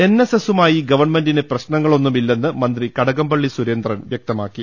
N S എസുമായി ഗവൺമെന്റിന് പ്രശ്നങ്ങളൊന്നുമി ല്ലെന്ന് മന്ത്രി കടകംപള്ളി സുരേന്ദ്രൻ വൃക്തമാക്കി